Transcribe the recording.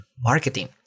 marketing